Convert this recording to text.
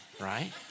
right